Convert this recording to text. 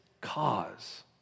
cause